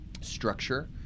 structure